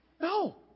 No